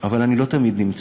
אבל אני לא תמיד נמצא,